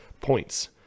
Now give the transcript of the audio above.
points